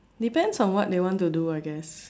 depends on what they want to do I guess